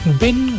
bin